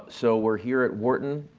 so we're here at wharton,